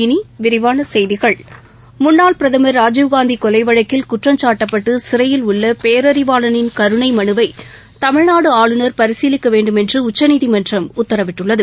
இனி விரிவான செய்திகள் முன்னாள் பிரதம் ராஜீவ்காந்தி கொலை வழக்கில் குற்றம்சாட்டப்பட்டு சிறையில் உள்ள பேரறிவாளனின் கருணை மனுவை தமிழ்நாடு ஆளுநர் பரிசீலிக்க வேண்டுமென்று உச்சநீதிமன்றம் உத்தரவிட்டுள்ளது